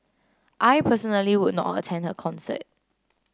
I personally would not attend her concert